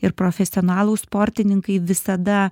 ir profesionalūs sportininkai visada